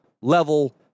level